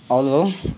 hello